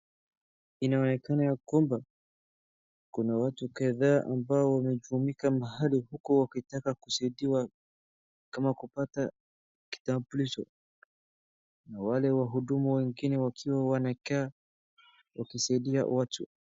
Inaonekana ya kwamba kuna watu kadhaa ambao wamejumuika mahali huko wakitaka kusaidiwa kama kupata kitambulisho. Na wale wahudumu wengine wakiwa wanakaa wakisaidia watu.